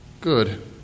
Good